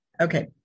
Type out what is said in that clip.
okay